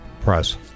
Press